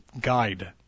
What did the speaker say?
guide